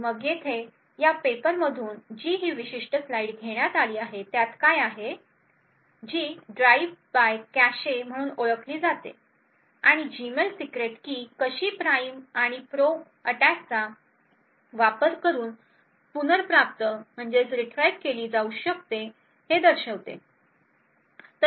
तर मग येथे या पेपर मधून जी ही विशिष्ट स्लाइड घेण्यात आली त्यात काय आहे जी ड्राइव्ह बाय कॅशे म्हणून ओळखली जाते आणि जीमेल सीक्रेट की कशी प्राइम व प्रोब अॅटॅकचा वापर करून पुनर्प्राप्त केली जाऊ शकते हे दर्शविते